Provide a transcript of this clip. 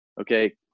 Okay